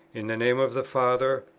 in the name of the father,